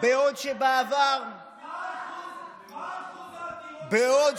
בעוד שבעבר, מה אחוז העתירות של הארגונים, בעוד